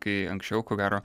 kai anksčiau ko gero